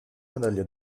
medaglie